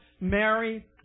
Mary